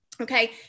Okay